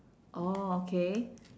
orh okay